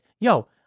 Yo